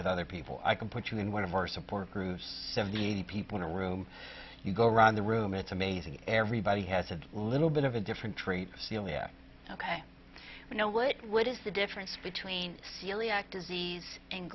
with other people i can put you in one of our support groups seventy eighty people in a room you go around the room it's amazing everybody has a little bit of a different treat celiac ok you know what what is the difference between celiac disease and